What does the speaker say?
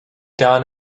gone